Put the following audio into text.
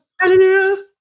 Hallelujah